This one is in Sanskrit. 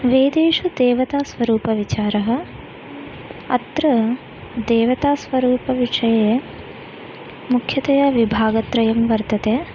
वेदेषु देवतास्वरूपविचारः अत्र देवतास्वरूपविषये मुख्यतया विभागत्रयं वर्तते